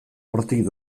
hortik